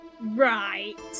Right